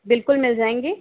बिल्कुल मिल जाएंगी